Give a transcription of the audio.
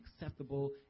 acceptable